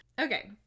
Okay